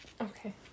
Okay